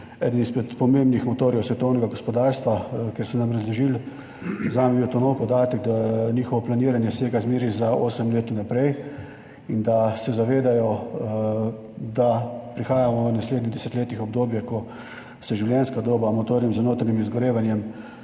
eden izmed pomembnih motorjev svetovnega gospodarstva, kjer so nam razložili, zame je bil to nov podatek, da njihovo planiranje sega zmeraj za osem let vnaprej in da se zavedajo, da prihaja v naslednjih desetletjih obdobje, ko življenjska doba motorjem z notranjim izgorevanjem